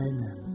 Amen